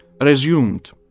resumed